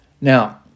Now